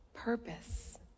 Purpose